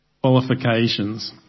qualifications